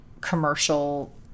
commercial